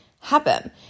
happen